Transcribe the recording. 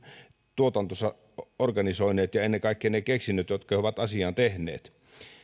tuotantonsa organisoineet ja ennen kaikkea ne keksinnöt jotka he ovat asiaan tehneet